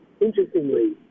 interestingly